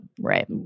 right